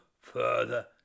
further